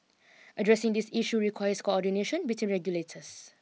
addressing these issue requires coordination between regulators